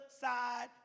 side